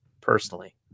personally